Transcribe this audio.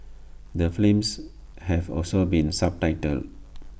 the films have also been subtitled